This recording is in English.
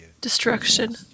destruction